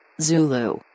Zulu